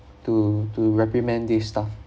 to to reprimand this staff